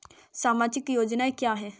सामाजिक योजना क्या है?